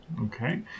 Okay